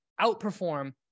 outperform